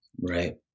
Right